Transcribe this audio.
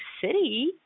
City